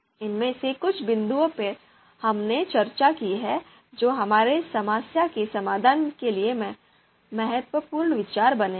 इनमें से कुछ बिंदुओं पर हमने चर्चा की है जो हमारी समस्या के समाधान के लिए महत्वपूर्ण विचार बनेंगे